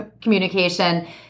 communication